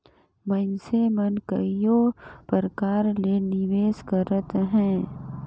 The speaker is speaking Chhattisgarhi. मइनसे मन कइयो परकार ले निवेस करत अहें